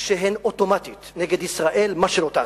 שהן אוטומטית נגד ישראל, מה שלא תעשה,